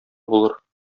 булыр